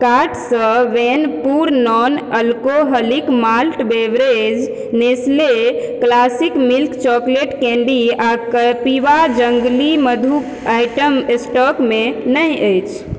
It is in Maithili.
कार्टसँ वैनपुर non alcoholic malt beverage Nestle classic milk chocolate candy आओर कपिवा जङ्गली मधु आइटम स्टॉकमे नहि अछि